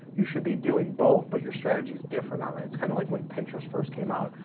you should be doing both, but your strategy's different on it. it's kind of like when pinterest first came out.